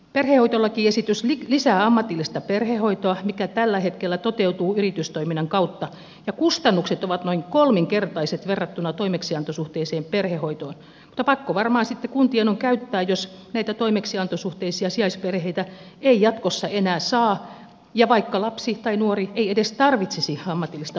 perhehoitolakiesitys lisää ammatillista perhehoitoa mikä tällä hetkellä toteutuu yritystoiminnan kautta ja kustannukset ovat noin kolminkertaiset verrattuna toimeksiantosuhteiseen perhehoitoon mutta pakko varmaan sitten kuntien on käyttää jos näitä toimeksiantosuhteisia sijaisperheitä ei jatkossa enää saa vaikka lapsi tai nuori ei edes tarvitsisi ammatillista hoitopaikkaa